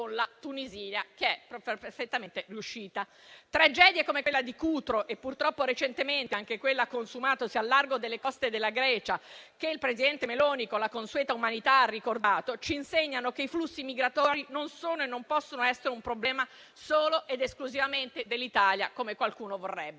la Tunisia, che è perfettamente riuscita. Tragedie come quella di Cutro e purtroppo, recentemente, anche quella consumatosi al largo delle coste della Grecia, che il presidente Meloni, con la consueta umanità, ha ricordato, ci insegnano che i flussi migratori non sono e non possono essere un problema solo ed esclusivamente dell'Italia, come qualcuno vorrebbe.